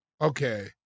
Okay